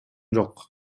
жок